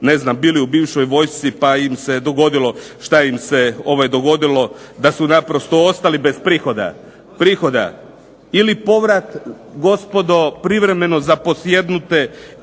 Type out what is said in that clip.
što su bili u bivšoj vojsci pa im se dogodilo šta im se dogodilo, da su naprosto ostali bez prihoda. Ili povrat gospodo privremeno zaposjednute